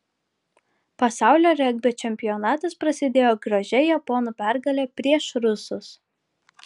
pasaulio regbio čempionatas prasidėjo gražia japonų pergale prieš rusus